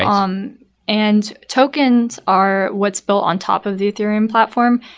um and tokens are what's built on top of the ethereum platform.